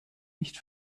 nicht